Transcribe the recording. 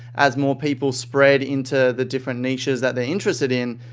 as more people spread in to the different niches that they're interested in,